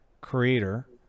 creator